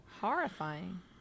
Horrifying